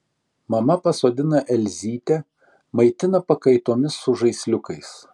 mama pasodina elzytę maitina pakaitomis su žaisliukais